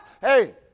Hey